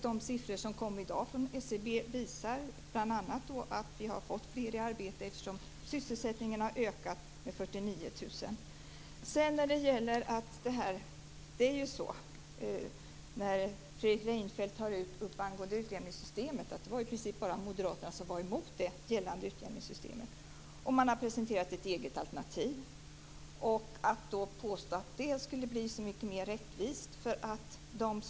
De siffror som kom från SCB i dag visar bl.a. att vi har fått fler i arbete, eftersom antalet sysselsatta har ökat med Fredrik Reinfeldt tog upp att det i princip bara var moderaterna som var emot det gällande utjämningssystemet. Man har presenterat ett eget alternativ. Man kan inte påstå att det skulle bli så mycket mer rättvist.